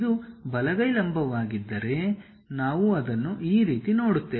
ಇದು ಬಲಗೈ ಲಂಬವಾಗಿದ್ದರೆ ನಾವು ಅದನ್ನು ಈ ರೀತಿ ನೋಡುತ್ತೇವೆ